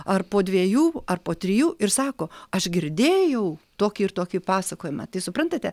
ar po dviejų ar po trijų ir sako aš girdėjau tokį ir tokį pasakojimą tai suprantate